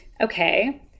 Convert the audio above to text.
Okay